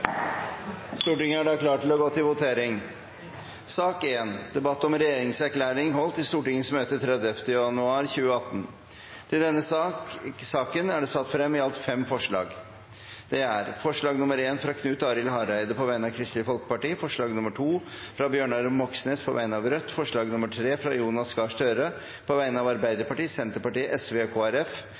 Stortinget klar til å gå til votering. Under debatten er det satt frem i alt fem forslag. Det er forslag nr. 1, fra Knut Arild Hareide på vegne av Kristelig Folkeparti forslag nr. 2, fra Bjørnar Moxnes på vegne av Rødt forslag nr. 3, fra Jonas Gahr Støre på vegne av Arbeiderpartiet, Senterpartiet, Sosialistisk Venstreparti og